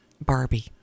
Barbie